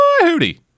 hootie